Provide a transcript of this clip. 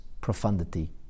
profundity